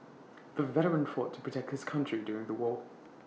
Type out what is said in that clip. the veteran fought to protect his country during the war